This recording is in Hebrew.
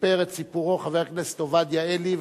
סיפר את סיפורו חבר הכנסת עובדיה עלי,